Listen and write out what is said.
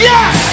Yes